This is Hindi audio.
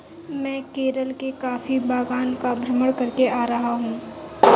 मैं केरल के कॉफी बागान का भ्रमण करके आ रहा हूं